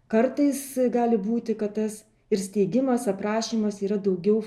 kartais gali būti kad tas ir steigimas aprašymas yra daugiau